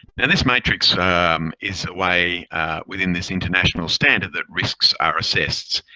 and this matrix is a way within this international standard that risks are assessed.